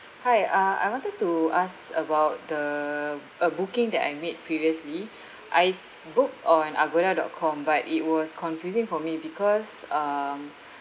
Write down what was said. hi uh I wanted to ask about the a booking that I made previously I booked on agoda dot com but it was confusing for me because um